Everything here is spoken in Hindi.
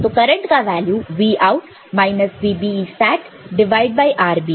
तो करंट का value Vout minus VBE divide by RB है